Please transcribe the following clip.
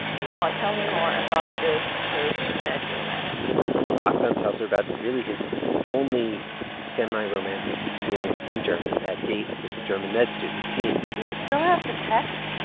now ah tell me more about this person that you met ah aktham tell her about, really, his only semi-romantic experience in germany, that date with the german med student stina do you still have the texts?